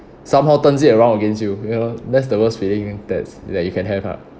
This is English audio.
somehow turns it around against you you know that's the worst feeling that's that you can have ah